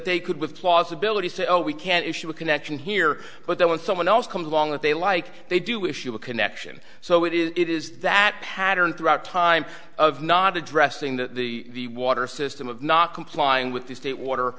they could with plausibility say oh we can't issue a connection here but then when someone else comes along that they like they do issue a connection so it is it is that pattern throughout time of not addressing the water system of not complying with the state water